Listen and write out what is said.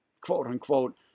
quote-unquote